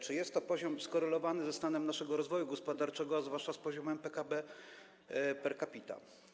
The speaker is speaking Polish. Czy jest to poziom skorelowany ze stanem naszego rozwoju gospodarczego, a zwłaszcza z poziomem PKB per capita?